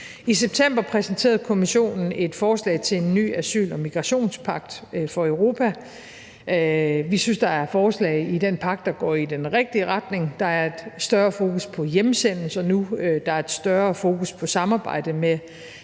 I september præsenterede Kommissionen et forslag til en ny asyl- og migrationspagt for Europa. Vi synes, der er forslag i den pagt, der går i den rigtige retning. Der er et større fokus på hjemsendelser nu, der er et større fokus på samarbejde med